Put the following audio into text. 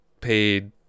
paid